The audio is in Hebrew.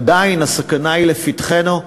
עדיין הסכנה היא לפתחנו.